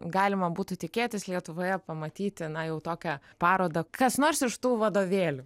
galima būtų tikėtis lietuvoje pamatyti na jau tokią parodą kas nors iš tų vadovėlių